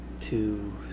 two